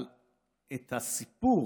אבל את הסיפור